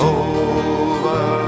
over